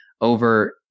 over